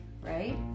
right